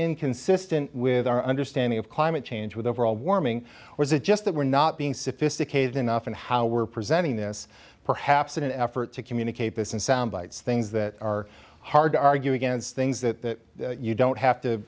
inconsistent with our understanding of climate change with overall warming or is it just that we're not being sophisticated enough and how we're presenting this perhaps in an effort to communicate this in soundbites things that are hard to argue against things that you don't have to